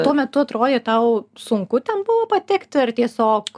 tuo metu atrodė tau sunku ten buvo patekti ar tiesiog